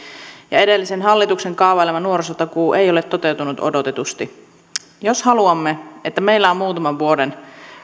ja edellisen hallituksen kaavailema nuorisotakuu ei ole toteutunut odotetusti jos haluamme että meillä on muutaman vuoden